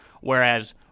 whereas